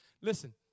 Listen